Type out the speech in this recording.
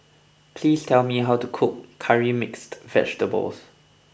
please tell me how to cook Curry Mixed Vegetable